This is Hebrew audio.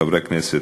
חברי הכנסת,